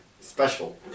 Special